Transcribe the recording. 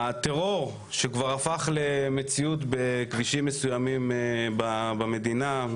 הטרור שכבר הפך למציאות בכבישים מסוימים במדינה,